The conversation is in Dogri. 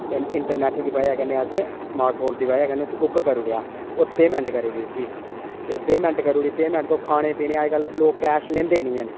इंटरनैट दी वजह् कन्नै असें स्मार्ट फोन दी वजह् कन्नै उसी बुक करूड़ेआ और पेमैंट करी ओड़ी उसी पेमैंट करी ओड़ी पेमैंट खानें पीनें दी अज्ज कल लोक कैश लेंदे निं हैन